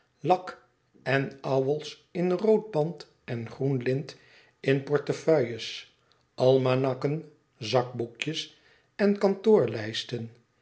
lak en ouwels in rood band en groen lint in portefeuilles almanakken zakboekjes en